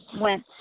went